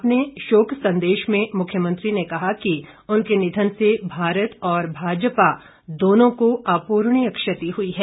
अपने शोक संदेश में मुख्यमंत्री ने कहा कि उनके निधन से भारत और भाजपा दोनों को अपूर्णीय क्षति हुई है